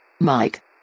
Mike